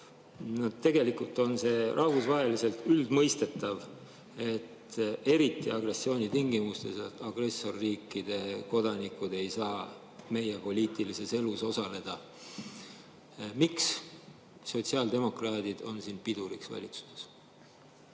Tegelikult on see rahvusvaheliselt üldmõistetav, et eriti agressiooni tingimustes agressorriikide kodanikud ei saa meie poliitilises elus osaleda. Miks sotsiaaldemokraadid on siin piduriks valitsuses?